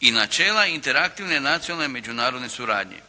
i načela interaktivne nacionalne međunarodne suradnje.